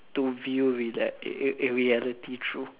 to view reality re~ reality to to view reality through